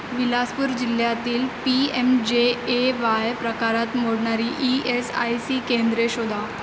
विलासपूर जिल्ह्यातील P M J A Y प्रकारात मोडणारी ई एस आय सी केंद्रे शोधा